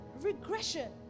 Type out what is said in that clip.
Regression